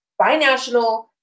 binational